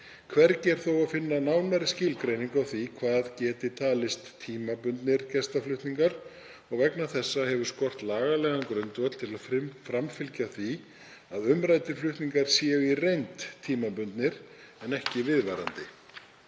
Hvergi er þó að finna nánari skilgreiningu á því hvað geti talist „tímabundnir“ gestaflutningar og vegna þessa hefur skort lagalegan grundvöll til að framfylgja því að umræddir flutningar séu í reynd tímabundnir en ekki viðvarandi.